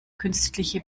künstliche